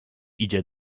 idzie